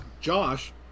Josh